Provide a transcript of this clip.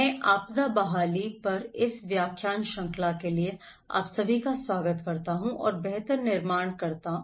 मैं आपदा बहाली पर इस व्याख्यान श्रृंखला के लिए आप सभी का स्वागत करता हूं और बेहतर निर्माण करता हूं